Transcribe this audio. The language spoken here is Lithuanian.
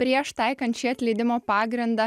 prieš taikant šį atleidimo pagrindą